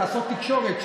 בלעשות תקשורת.